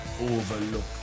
overlooked